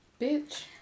bitch